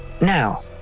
Now